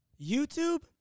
YouTube